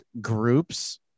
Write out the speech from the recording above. groups